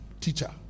teacher